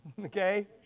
okay